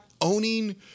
owning